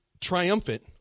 triumphant